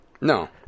No